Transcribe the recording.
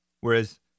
Whereas